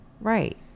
right